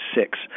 six